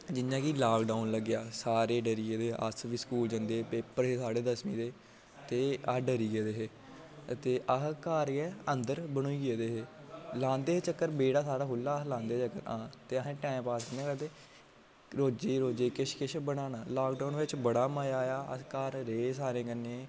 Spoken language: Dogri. जि'यां कि लॉकडाउन लग्गेआ सारे डरी गेदे हे अस बी स्कूल जंदे हे पेपर हे साढ़े दसमीं दे ते अस डरी गेदे हे ते अस घर गै अन्दर बनोई गेदे हे लांदे हे चक्कर बेह्ड़ा साढ़ा खु'ल्ला हा अस लांदे हे चक्कर ते असें टाइम पास कि'यां करदे हे असें रोजै रोजै किश किश बनाना लॉकडाउन बिच बड़ा मजा आया अस घर रेह् सारे कन्नै